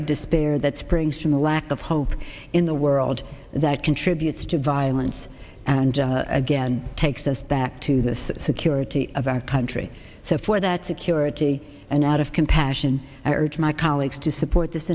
of despair that springs from a lack of hope in the world that contributes to violence and again takes us back to this security of our country so for that security and out of compassion i urge my colleagues to support this